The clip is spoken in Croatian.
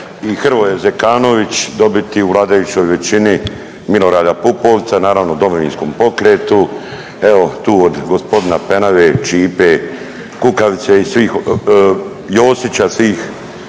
Hrvoje Zekanović dobiti u vladajućoj većini Milorada Pupovca, naravno Domovinskom pokretu, evo tu od gospodina Penave, Ćipe, Kukavice i svih Josića, svih